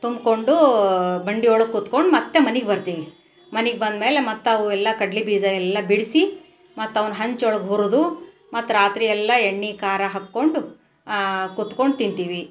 ತುಂಬ್ಕೊಂಡು ಬಂಡಿ ಒಳಗೆ ಕೂತ್ಕೊಂಡು ಮತ್ತೆ ಮನಿಗೆ ಬರ್ತೀವಿ ಮನಿಗೆ ಬಂದಮೇಲೆ ಮತ್ತವು ಎಲ್ಲ ಕಡ್ಲೆ ಬೀಜ ಎಲ್ಲ ಬಿಡಿಸಿ ಮತ್ತವನ್ನು ಹಂಚೊಳಗೆ ಹುರಿದು ಮತ್ತೆ ರಾತ್ರಿ ಎಲ್ಲ ಎಣ್ಣೆ ಖಾರ ಹಾಕ್ಕೊಂಡು ಕೂತ್ಕೊಂಡು ತಿಂತೀವಿ